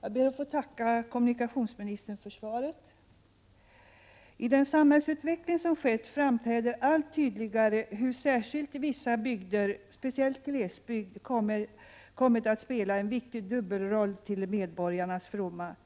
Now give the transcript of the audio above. Jag ber att få tacka kommunikationsministern för svaret. — 27 november 1987 I den samhällsutveckling som skett framträder allt tydligare hur särskilt Om tågtrafiken på vissa bygder, speciellt glesbygd, kommit att spela en viktig dubbelroll till VETE RR medborgarnas fromma.